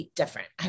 different